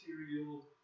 material